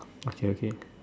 okay okay